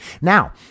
Now